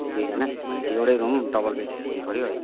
ए दुईजाना भने पछि एउटै रुम डबल बेड हेरिदिनुपर्यो है